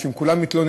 שאם כולם מתלוננים,